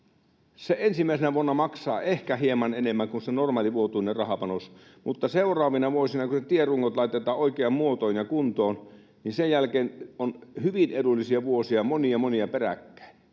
Se ensimmäisenä vuonna maksaa ehkä hieman enemmän kuin se normaali vuotuinen rahapanos, mutta seuraavina vuosina, sen jälkeen kun ne tierungot laitetaan oikeaan muotoon ja kuntoon, on hyvin edullisia vuosia monia, monia peräkkäin.